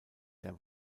der